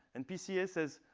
and pca says,